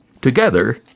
Together